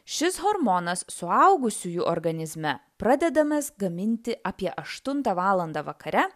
šis hormonas suaugusiųjų organizme pradedamas gaminti apie aštuntą valandą vakare